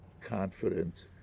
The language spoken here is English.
confidence